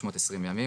כ-320 ימים.